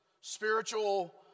spiritual